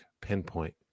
pinpoint